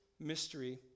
mystery